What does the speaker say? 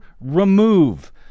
remove